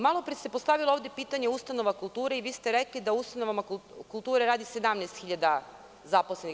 Malopre se postavilo ovde pitanje ustanova kulture, i vi ste rekli da u ustanovama kulture radi 17 hiljada zaposlenih.